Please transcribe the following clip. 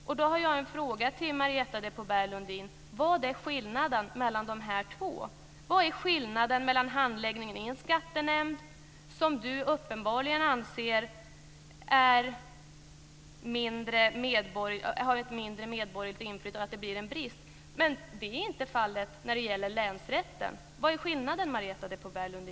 Jag har en fråga till Marietta de Pourbaix-Lundin: Vad är skillnaden mellan handläggningen i en skattenämnd, där hon uppenbarligen anser att det blir ett för litet medborgerligt inflytande, och handläggningen i länsrätten, där så inte blir fallet?